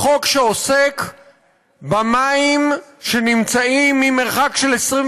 הוא חוק שעוסק במים שנמצאים ממרחק של 22